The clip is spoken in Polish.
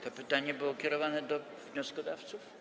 To pytanie było kierowane do wnioskodawców?